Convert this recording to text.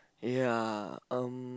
ya um